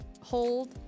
hold